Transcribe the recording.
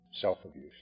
self-abuse